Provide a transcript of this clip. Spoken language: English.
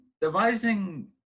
devising